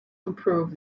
improve